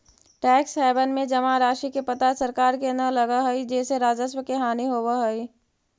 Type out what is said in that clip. tax haven में जमा राशि के पता सरकार के न लगऽ हई जेसे राजस्व के हानि होवऽ हई